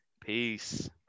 Peace